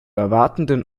erwartenden